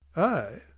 i?